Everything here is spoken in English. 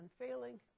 unfailing